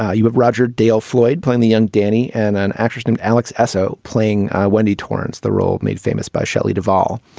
ah you have roger dale floyd playing the young danny and an actress named alex esso playing wendy torrance the role made famous by shelley duvall.